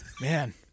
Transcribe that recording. Man